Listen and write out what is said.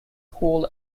hall